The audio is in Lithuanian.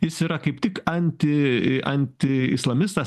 jis yra kaip tik anti anti islamistas